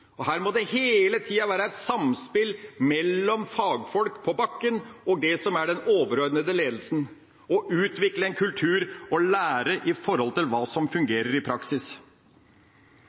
intensjon. Her må det hele tida være et samspill mellom fagfolk på bakken og det som er den overordnede ledelsen – å utvikle en kultur og lære av hva som fungerer i praksis.